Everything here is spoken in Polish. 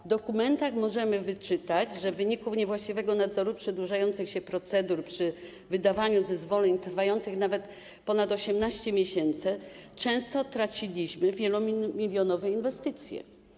W dokumentach możemy wyczytać, że w wyniku niewłaściwego nadzoru i przedłużających się procedur przy wydawaniu zezwoleń, trwających nawet ponad 18 miesięcy, często traciliśmy wielomilionowe inwestycje.